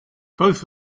both